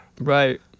Right